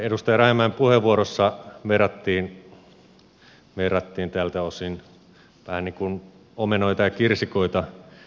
edustaja rajamäen puheenvuorossa verrattiin tältä osin vähän niin kuin omenoita ja kirsikoita keskenään